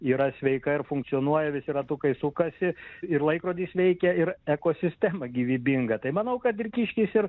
yra sveika ir funkcionuoja visi ratukai sukasi ir laikrodis veikia ir ekosistema gyvybinga tai manau kad ir kiškis ir